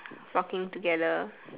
flocking together